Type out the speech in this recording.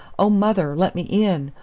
oh, mother, let me in!